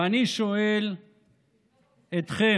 ואני שואל אתכם,